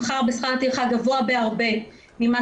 הוא מתומחר בשכר טרחה גבוה בהרבה ממה